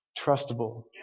trustable